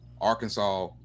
Arkansas